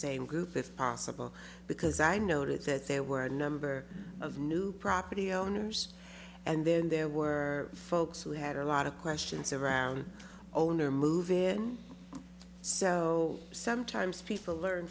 same group if possible because i noticed that there were a number of new property owners and then there were folks who had a lot of questions around owner move in so sometimes people learn